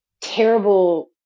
terrible